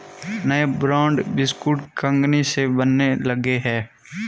नए ब्रांड के बिस्कुट कंगनी से बनने लगे हैं